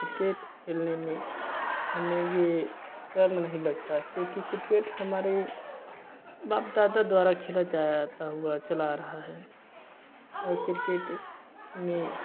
cricket खेलने में हमे ये शर्म नहीं लगता है क्योंकि क्रिकेट हमारे बाप दादा द्वारा खेला जाता हुआ चला आ रहा है अब क्रिकेट में